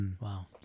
Wow